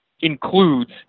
includes